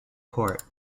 court